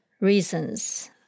reasons